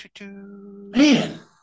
Man